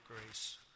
grace